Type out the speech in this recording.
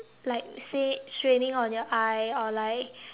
like say straining on your eye or like